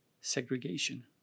segregation